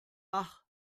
ach